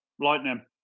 lightning